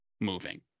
moving